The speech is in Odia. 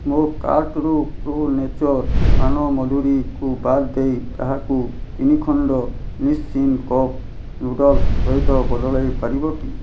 ମୋ କାର୍ଟ୍ରୁ ପ୍ରୋ ନେଚର୍ ପାନମଧୁରୀକୁ ବାଦ ଦେଇ ତାହାକୁ ତିନି ଖଣ୍ଡ ନିସ୍ସିନ୍ କପ୍ ନୁଡ଼ଲ୍ସ୍ ସହିତ ବଦଳାଇ ପାରିବେ କି